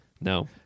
No